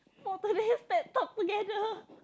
for today's ted talk together